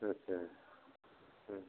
आदसा आदसा